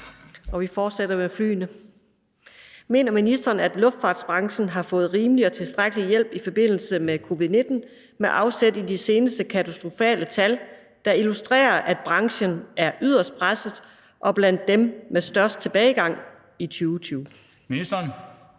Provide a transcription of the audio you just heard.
og vi fortsætter med flyvene: Mener ministeren, at luftfartsbranchen har fået rimelig og tilstrækkelig hjælp i forbindelse med covid-19 med afsæt i de seneste katastrofale tal, der illustrerer, at branchen er yderst presset og blandt dem med størst tilbagegang i 2020? Kl.